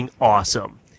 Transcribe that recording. awesome